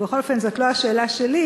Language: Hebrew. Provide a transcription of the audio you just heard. אבל בכל אופן זאת לא השאלה שלי,